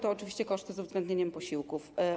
To oczywiście koszty z uwzględnieniem posiłków.